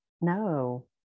no